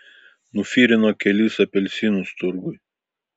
nufirino kelis apelsinus turguj